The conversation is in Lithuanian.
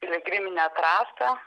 piligriminę trasą